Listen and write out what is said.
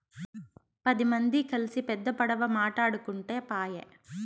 పది మంది కల్సి పెద్ద పడవ మాటాడుకుంటే పాయె